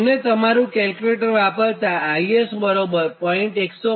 તમને તમારું કેલ્ક્યુલેટર વાપરતાં IS બરાબર 0